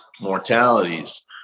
mortalities